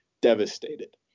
devastated